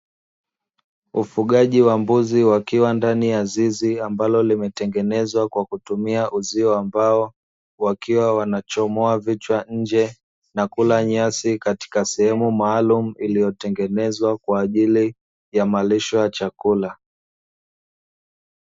Ufugaji wa mbuzi wakiwa ndani ya zizi ambalo limetengenezwa kwa kutumia uzio wa mbao, wakiwa wanachomoa vichwa nje na kula nyasi katika sehemu maalumu iliyo tengenezwa kwa ajili ya malisho ya chakula.